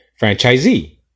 franchisee